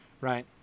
right